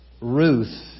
Ruth